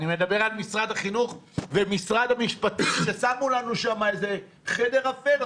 אני מדבר על משרד החינוך ומשרד המשפטים ששמו לנו שם איזה חדר אפל,